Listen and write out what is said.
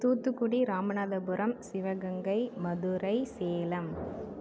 Thoothukudi Ramanathapuram Sivaganga Madurai Salem